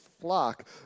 flock